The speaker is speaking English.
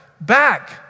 back